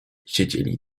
siedzieli